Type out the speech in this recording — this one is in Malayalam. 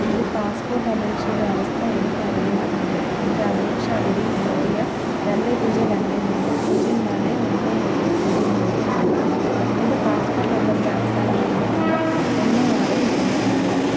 എന്റെ പാസ്പ്പോട്ട് അപേക്ഷയുടെ അവസ്ഥ എനിക്ക് അറിയേണ്ടതുണ്ട് എന്റെ അപേക്ഷ I D A P L രണ്ട് പൂജ്യം രണ്ട് മൂന്ന് പൂജ്യം നാല് ഒന്ന് ഏഴ് പൂജ്യം പൂജ്യം ആറ് ആണ് എന്റെ പാസ്പ്പോട്ട് നമ്പറിന്റെ അവസാന നാല് അക്കങ്ങൾ ഒന്ന് ആറ് മൂന്ന് നാല് ആണ്